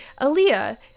Aaliyah